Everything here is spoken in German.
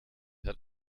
hat